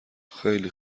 خیلی